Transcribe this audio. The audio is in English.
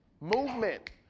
Movement